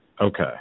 Okay